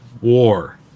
War